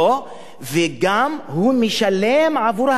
והוא גם משלם עבור ההריסה,